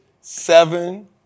seven